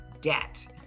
debt